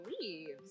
leaves